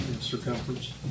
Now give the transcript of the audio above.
circumference